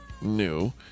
new